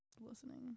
listening